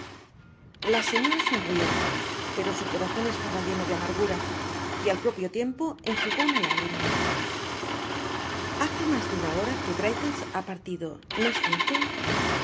la señora sonrió pero su corazon estaba heno de amargura y al propio tiempo enjugó una lágrima hace mas de una hora que brittles ha partido no es cierto